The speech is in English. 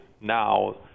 now